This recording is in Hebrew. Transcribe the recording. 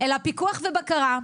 אלא פיקוח ובקרה.